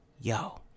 yo